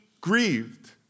grieved